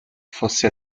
fosse